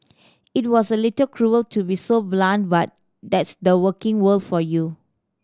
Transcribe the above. it was a little cruel to be so blunt but that's the working world for you